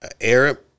Arab